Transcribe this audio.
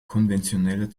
konventioneller